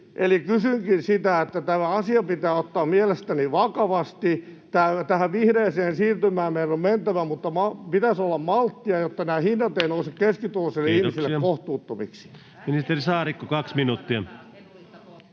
Eli sanonkin, että tämä asia pitää ottaa mielestäni vakavasti. Tähän vihreään siirtymään meidän on mentävä, mutta pitäisi olla malttia, jotta nämä hinnat eivät nouse keskituloisille ihmisille kohtuuttomiksi.